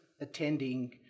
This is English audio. attending